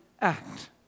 act